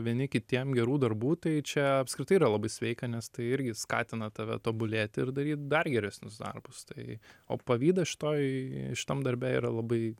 vieni kitiem gerų darbų tai čia apskritai yra labai sveika nes tai irgi skatina tave tobulėti ir daryt dar geresnius darbus tai o pavydas šitoj šitam darbe yra labai